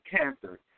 cancer